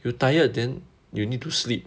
you tired then you need to sleep